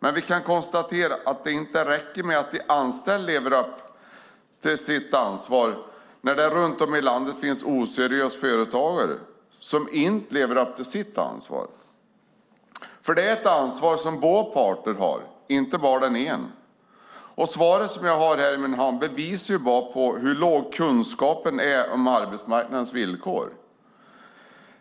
Men vi kan konstatera att det inte räcker med att de anställda lever upp till sitt ansvar när det runt om i landet finns oseriösa företagare som inte lever upp till sitt ansvar. Det är ett ansvar som båda parter har och inte bara den ena. Svaret som jag har här i min hand visar bara på hur låg kunskapen är om arbetsmarknadens villkor.